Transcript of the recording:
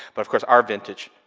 but of course our vintage,